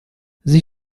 sie